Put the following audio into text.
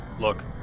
look